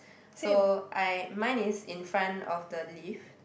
so I mine is in front of the lift